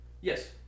yes